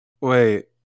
wait